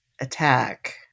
attack